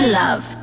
love